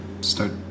start